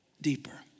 deeper